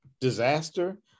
disaster